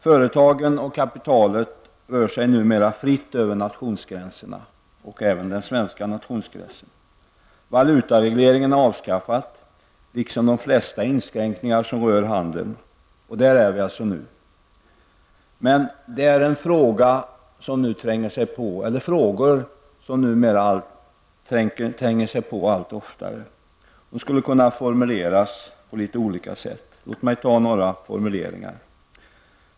Företagen och kapitalet rör sig numera fritt över nationsgränser, även över den svenska nationsgränsen. Valutaregleringen är avskaffad, liksom de flesta inskränkningar som rör handeln. Där är vi nu. De frågor som numera allt oftare tränger sig på kan formuleras på litet olika sätt. Låt mig ge några exempel.